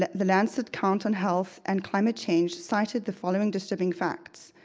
the lancet count on health and climate change cited the following disturbing facts.